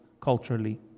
culturally